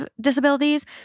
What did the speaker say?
disabilities